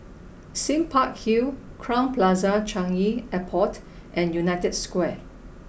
Sime Park Hill Crowne Plaza Changi Airport and United Square